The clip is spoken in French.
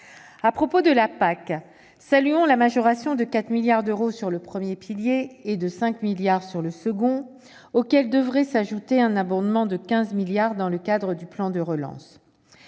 À propos de cette dernière, saluons la majoration de 4 milliards d'euros sur le premier pilier et de 5 milliards d'euros sur le second, auxquels devrait s'ajouter un abondement de 15 milliards d'euros dans le cadre du plan de relance.